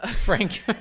Frank